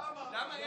למה?